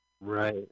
Right